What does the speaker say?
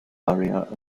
barrier